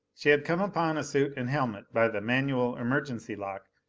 she had come upon a suit and helmet by the manual emergency lock,